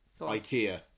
Ikea